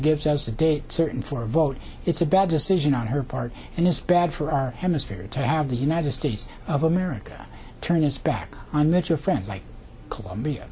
gives us a date certain for a vote it's a bad decision on her part and it's bad for our hemisphere to have the united states of america turn its back on that your friend like colombia